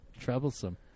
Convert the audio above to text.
troublesome